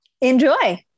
enjoy